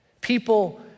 People